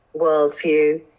worldview